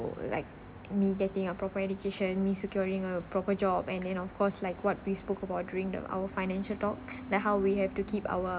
would like me getting a proper education me securing a proper job and then of course like what we spoke about during the our financial talk like how we have to keep our